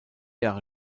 jahre